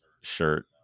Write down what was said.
shirt